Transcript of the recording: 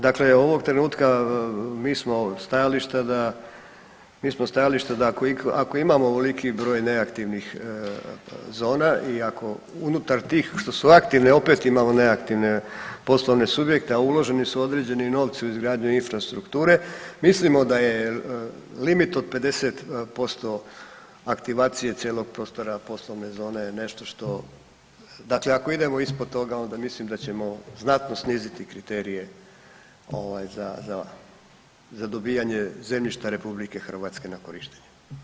Dakle ovog trenutka mi smo stajališta da ako imamo oveliki broj neaktivnih zona i ako unutar tih što su aktivne opet imamo neaktivne poslovne subjekte, a uloženi su određeni novci u izgradnju infrastrukture mislimo da je limit od 50% aktivacije cijelog prostora poslovne zone nešto, dakle ako idemo ispod toga onda mislim da ćemo znatno sniziti kriterije za dobijanje zemljišta RH na korištenje.